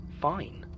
fine